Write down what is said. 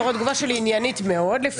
אתה רואה שהתגובה שלי עניינית מאוד - אם